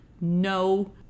no